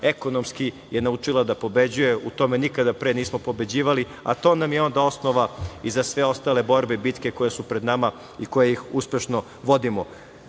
ekonomski je naučila da pobeđuje. U tome nikada pre nismo pobeđivali, a to nam je onda osnova i za sve ostale borbe i bitke koje su pred nama i koje uspešno vodimo. EKSPO